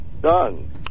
done